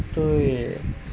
对